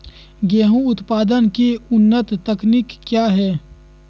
गेंहू उत्पादन की उन्नत तकनीक क्या है?